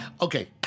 Okay